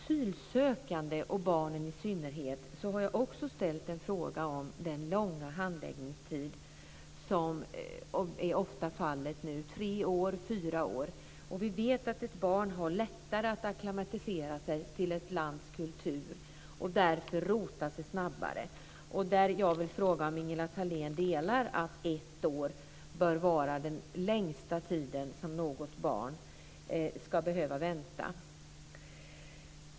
Jag har också ställt en fråga om den långa handläggningstiden för asylsökande, och då i synnerhet barn. Det är ofta fallet att den är tre fyra år. Vi vet att ett barn har lättare att acklimatisera sig till ett lands kultur och därför rotar sig snabbare. Jag vill fråga om Ingela Thalén delar uppfattningen att ett år bör vara den längsta tid som något barn ska behöva vänta.